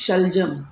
शलजम